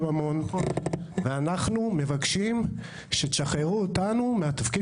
ואנחנו מבקשים שתשחררו אותנו מהתפקיד